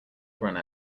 runner